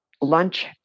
lunch